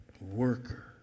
worker